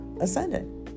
ascendant